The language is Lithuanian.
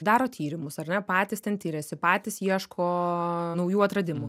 daro tyrimus ar ne patys ten tiriasi patys ieško naujų atradimų